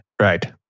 Right